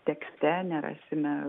tekste nerasime